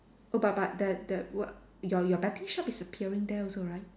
oh but but the the what your your betting shop is appearing there also right